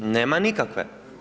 Nema nikakve.